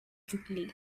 quickly